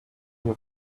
your